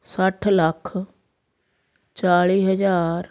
ਸੱਠ ਲੱਖ ਚਾਲੀ ਹਜ਼ਾਰ